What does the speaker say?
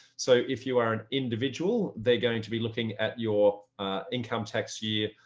so if you are an individual, they're going to be looking at your income tax year,